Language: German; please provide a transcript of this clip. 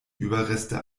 überreste